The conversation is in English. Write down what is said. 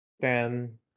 Ten